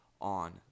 on